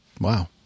wow